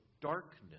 darkness